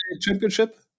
Championship